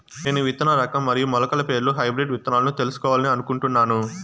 నేను విత్తన రకం మరియు మొలకల పేర్లు హైబ్రిడ్ విత్తనాలను తెలుసుకోవాలని అనుకుంటున్నాను?